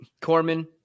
Corman